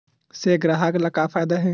से ग्राहक ला का फ़ायदा हे?